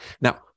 now